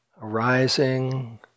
arising